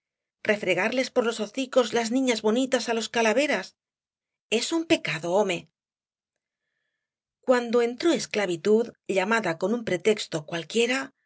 cielo refregarles por los hocicos las niñas bonitas á los calaveras es un pecado home cuando entró esclavitud llamada con un pretexto cualquiera